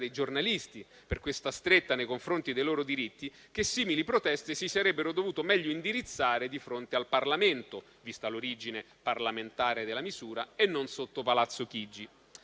giornalisti per questa stretta nei confronti dei loro diritti, che simili proteste si sarebbero dovute meglio indirizzare di fronte al Parlamento, vista l'origine parlamentare della misura, e non sotto Palazzo Chigi.